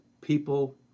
people